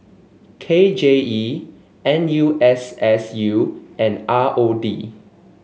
K J E N U S S U and R O D